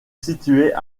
situait